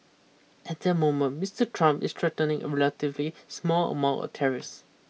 at the moment Mister Trump is threatening a relatively small amount of tariffs